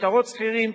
שטרות סחירים,